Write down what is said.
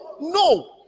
no